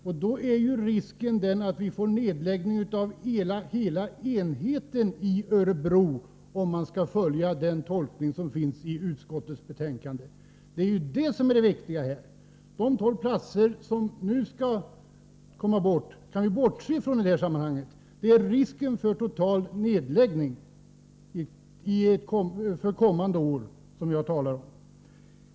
Risken är att vi i en framtid får en nedläggning av hela enheten i Örebro, om man skall följa den skrivning som finns i utskottets betänkande. Vi kan i det här sammanhanget bortse från den minskning med tolv platser som nu skall genomföras. Det är risken för en total nedläggning kommande år som jag talar om.